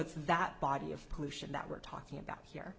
it's that body of pollution that we're talking about here